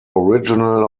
original